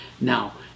now